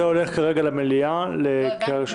זה הולך למליאה לקריאה ראשונה.